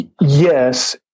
Yes